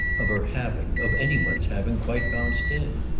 of her having, of any one's having, quite bounced in.